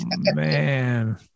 man